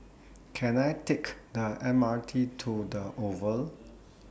Can I Take The M R T to The Oval